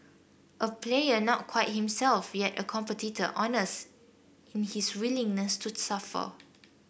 a player not quite himself yet a competitor honest in his willingness to suffer